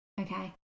Okay